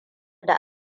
da